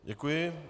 Děkuji.